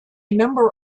member